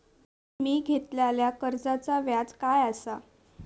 मी घेतलाल्या कर्जाचा व्याज काय आसा?